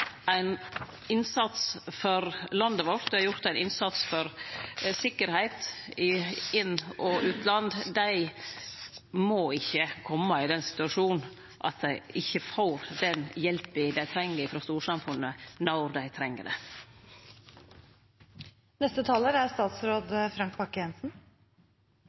ein innsats for landet vårt, og dei har gjort ein innsats for sikkerheit i inn- og utland. Dei må ikkje kome i den situasjonen at dei ikkje får den hjelpa dei treng frå storsamfunnet når dei treng